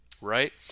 right